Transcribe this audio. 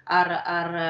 ar ar